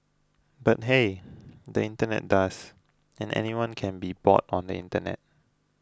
but hey the internet does and anything can be bought on the internet